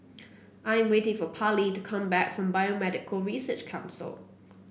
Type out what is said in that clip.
I am waiting for Parlee to come back from Biomedical Research Council